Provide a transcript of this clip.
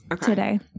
today